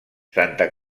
santa